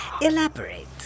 Elaborate